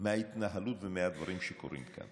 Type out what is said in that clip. מההתנהלות ומהדברים שקורים כאן,